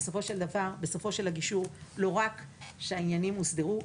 ובסופו של הגישור לא רק שהעניינים הוסדרו,